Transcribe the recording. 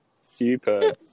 Super